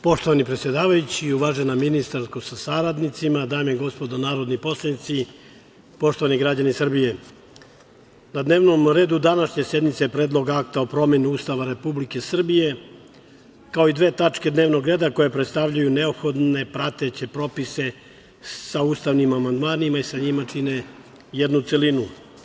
Poštovani predsedavajući, uvažena ministarko sa saradnicima, dame i gospodo narodni poslanici, poštovani građani Srbije, na dnevnom redu današnje sednice je Predlog akta o promeni Ustava Republike Srbije, kao i dve tačke dnevnog reda koje predstavljaju neophodne prateće propise sa ustavnim amandmanima i sa njima čine jednu celinu.